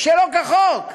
שלא כחוק.